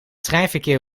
treinverkeer